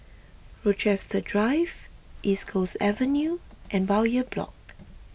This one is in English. Rochester Drive East Coast Avenue and Bowyer Block